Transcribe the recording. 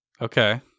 Okay